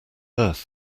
earth